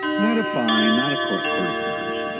not a fine, not a court court appearance. yeah